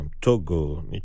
togo